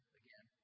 again